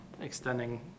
extending